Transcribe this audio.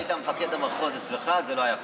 אם אתה היית מפקד המחוז, אצלך זה לא היה קורה.